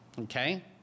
okay